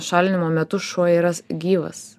šalinimo metu šuo yra gyvas